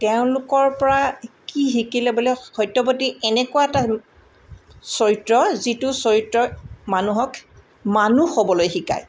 তেওঁলোকৰ পৰা কি শিকিলে বোলে সত্যপতি এনেকুৱা এটা চৰিত্ৰ যিটো চৰিত্ৰ মানুহক মানুহ হ'বলৈ শিকায়